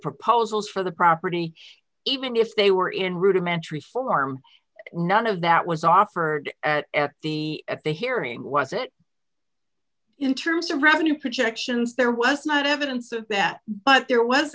proposals for the property even if they were in rudimentary form none of that was offered at the at the hearing was it in terms of revenue projections there was not evidence of that but